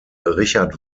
richard